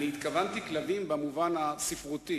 התכוונתי לכלבים במובן הספרותי.